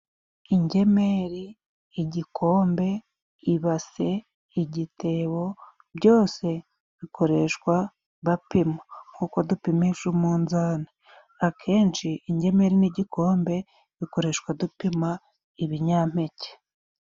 Ingemeri, igikombe, ibase, igitebo byose bikoreshwa bapima nkuko dupimisha umunzani, akenshi ingemeri n'igikombe bikoreshwa dupima ibinyampeke.